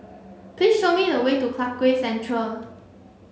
please show me the way to Clarke Quay Central